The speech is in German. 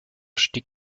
stieg